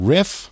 Riff